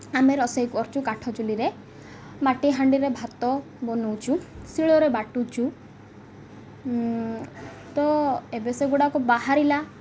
ଆମେ ରୋଷେଇ କରୁଛୁ କାଠ ଚୁଲିରେ ମାଟି ହାଣ୍ଡିରେ ଭାତ ବନାଉଛୁ ଶିଳରେ ବାଟୁଛୁ ତ ଏବେ ସେଗୁଡ଼ାକ ବାହାରିଲା